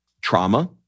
trauma